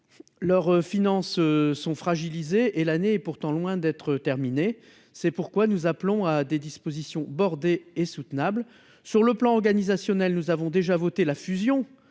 leurs finances sont fragilisées et l'année est pourtant loin d'être terminée. C'est pourquoi nous appelons à des dispositions bordées et soutenables. Sur le plan organisationnel, nous avons déjà voté la fusion